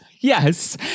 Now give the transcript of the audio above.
Yes